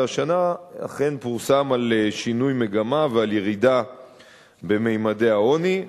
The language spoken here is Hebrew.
והשנה אכן פורסם על שינוי מגמה ועל ירידה בממדי העוני.